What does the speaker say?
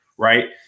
Right